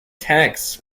texts